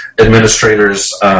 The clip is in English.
administrators